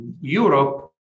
Europe